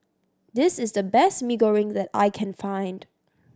this is the best Mee Goreng that I can find